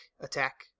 attack